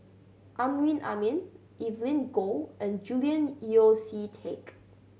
Amrin Amin Evelyn Goh and Julian Yeo See Teck